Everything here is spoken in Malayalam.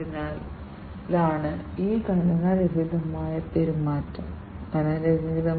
അതിനാൽ പാൽ സംസ്കരണ യൂണിറ്റിന്റെ ഉദാഹരണം നമുക്ക് പരിഗണിക്കാം